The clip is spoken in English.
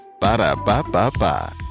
Ba-da-ba-ba-ba